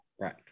Right